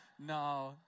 no